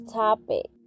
topic